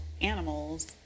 animals